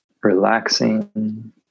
relaxing